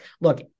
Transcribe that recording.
look